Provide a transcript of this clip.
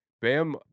Bam